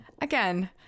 again